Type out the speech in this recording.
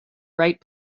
right